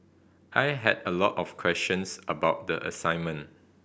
I had a lot of questions about the assignment